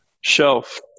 shelf